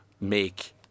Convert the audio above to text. make